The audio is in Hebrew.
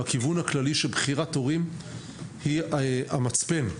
הכיוון הכללי שבחירת הורים היא המצפן,